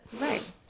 Right